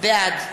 בעד